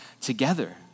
together